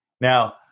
Now